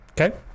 Okay